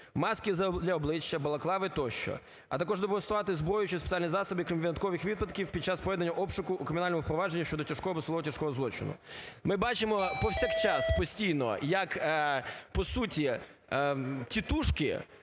маски для обличчя, балаклави тощо. А також демонструвати зброю чи спеціальні засоби, крім виняткових випадків під час проведення обшуку у кримінальному провадженні щодо тяжкого або особо тяжкого злочину. Ми бачимо повсякчас, постійно як по суті "тітушки"